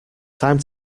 time